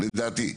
לדעתי.